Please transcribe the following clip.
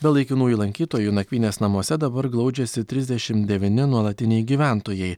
be laikinųjų lankytojų nakvynės namuose dabar glaudžiasi trisdešim devyni nuolatiniai gyventojai